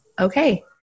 okay